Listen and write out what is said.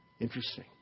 Interesting